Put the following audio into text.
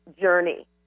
journey